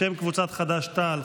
בשם קבוצת סיעת חד"ש-תע"ל,